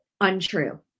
untrue